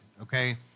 okay